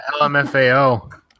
LMFAO